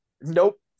Nope